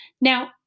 Now